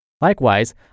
Likewise